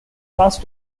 cast